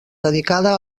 dedicada